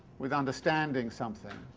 with understanding something.